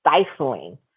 stifling